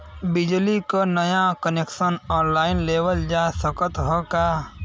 बिजली क नया कनेक्शन ऑनलाइन लेवल जा सकत ह का?